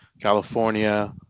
California